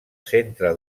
centre